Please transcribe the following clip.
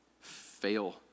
fail